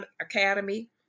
Academy